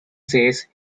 says